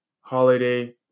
holiday